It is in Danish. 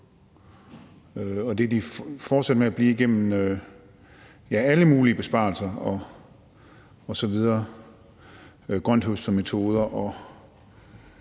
og det er de fortsat med at være igennem alle mulige besparelser med grønthøstermetoder